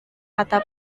kata